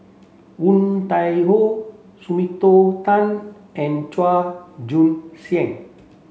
Woon Tai Ho Tan and Chua Joon Siang